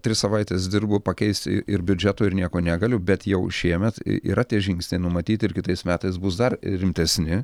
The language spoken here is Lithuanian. tris savaites dirbu pakeist ir biudžeto ir nieko negaliu bet jau šiemet yra tie žingsniai numatyti ir kitais metais bus dar rimtesni